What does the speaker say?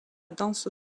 danse